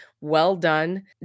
well-done